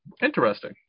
interesting